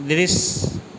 दृश्य